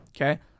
Okay